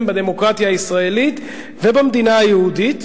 בדמוקרטיה הישראלית ובדמוקרטיה היהודית,